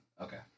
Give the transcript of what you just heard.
Okay